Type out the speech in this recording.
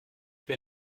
wer